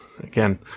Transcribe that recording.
Again